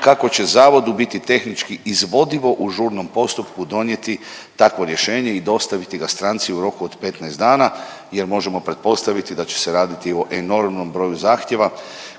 kako će zavod u biti tehnički izvodivo u žurnom postupku donijeti takvo rješenje i dostaviti ga stranci u roku od 15 dana jer možemo pretpostaviti da će se raditi o enormnom broju zahtjeva